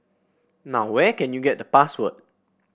now where can you get the password